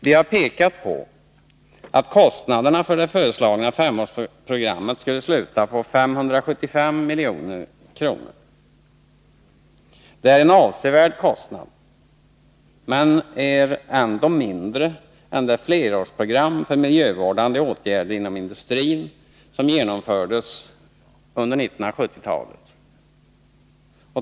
Vi har pekat på att kostnaderna för det föreslagna femårsprogrammet skulle sluta på 575 milj.kr. Det är en avsevärd kostnad, men den är ändå mindre än vad som motsvaras av det flerårsprogram för miljövårdande åtgärder inom industrin som genomfördes under 1970-talet.